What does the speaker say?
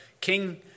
King